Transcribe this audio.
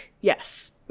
Yes